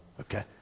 Okay